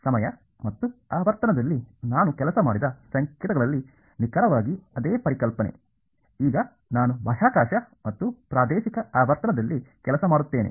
ಸಮಯ ಮತ್ತು ಆವರ್ತನದಲ್ಲಿ ನಾನು ಕೆಲಸ ಮಾಡಿದ ಸಂಕೇತಗಳಲ್ಲಿ ನಿಖರವಾಗಿ ಅದೇ ಪರಿಕಲ್ಪನೆ ಈಗ ನಾನು ಬಾಹ್ಯಾಕಾಶ ಮತ್ತು ಪ್ರಾದೇಶಿಕ ಆವರ್ತನದಲ್ಲಿ ಕೆಲಸ ಮಾಡುತ್ತೇನೆ